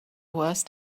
worst